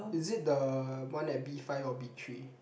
is it the one at B five or B three